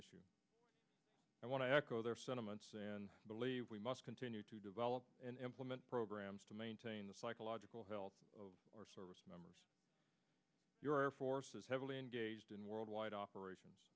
issue i want to echo their sentiments we must continue to develop and implement programs to maintain the psychological health of our service members your air force is heavily engaged in worldwide operations